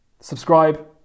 subscribe